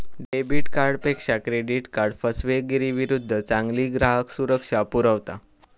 debit कार्डपेक्षा credit card फसवेगिरीविरुद्ध चांगली ग्राहक सुरक्षा पुरवता